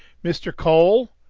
mr. cole!